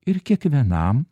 ir kiekvienam